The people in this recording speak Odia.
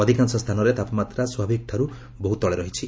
ଅଧିକାଂଶ ସ୍ଥାନରେ ତାପମାତ୍ରା ସ୍ୱାଭାବିକଠାରୁ ବହୁ ତଳେ ରହିଛି